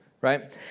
right